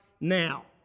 now